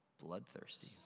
bloodthirsty